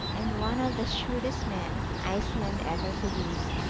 and one of the shrewdest men iceland ever produced.